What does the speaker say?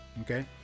Okay